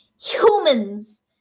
Humans